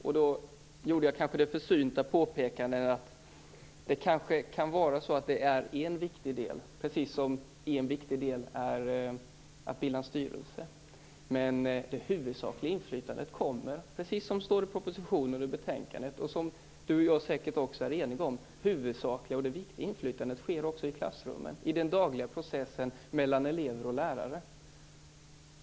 Då gjorde jag kanske det försynta påpekandet att det kanske kan vara så att det är en viktig del, precis som en viktig del är att bilda en styrelse. Men det huvudsakliga och viktiga inflytandet kommer, precis som det står i propositionen och i betänkandet och som Tomas Högström och jag säkert är eniga om, sker också i klassrummen, i den dagliga processen mellan elever och lärare.